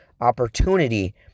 opportunity